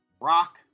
rock